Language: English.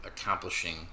accomplishing